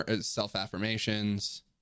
self-affirmations